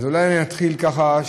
אז אולי אני אתחיל בכותרת.